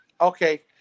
Okay